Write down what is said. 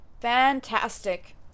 fantastic